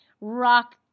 rock